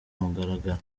mugaragaro